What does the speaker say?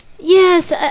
Yes